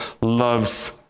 loves